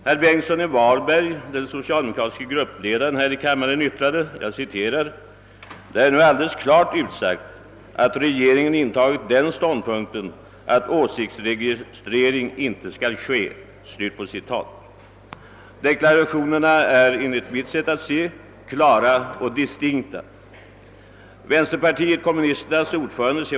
Herr Bengtsson i Varberg, den socialdemokratiska gruppledaren i denna kammare, yttrade därvid: »Det är nu alldeles klart utsagt att regeringen intagit den ståndpunkten att åsiktsregistrering inte skall ske.» Deklarationerna är klara och distinkta. : Vänsterpartiet kommunisternas ordförande C.